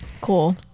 Cool